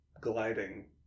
gliding